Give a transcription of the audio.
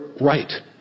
right